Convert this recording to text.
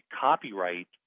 copyright